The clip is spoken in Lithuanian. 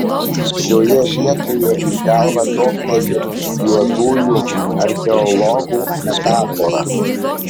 šioje vietoje į galvą topteli juodųjų archeologų metafora